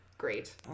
great